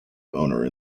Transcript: owner